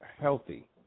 healthy